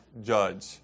judge